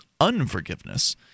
unforgiveness